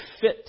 fit